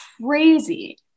crazy